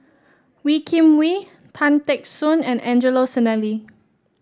Wee Kim Wee Tan Teck Soon and Angelo Sanelli